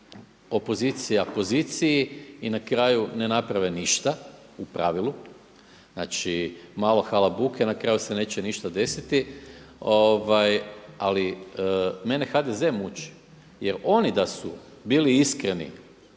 opozicija poziciji i na kraju ne naprave ništa u pravilu, znači malo halabuke na kraju se neće ništa desiti. Ali mene HDZ muči jer oni da su bili iskreni